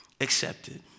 accepted